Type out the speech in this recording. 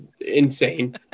insane